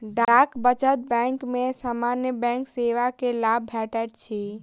डाक बचत बैंक में सामान्य बैंक सेवा के लाभ भेटैत अछि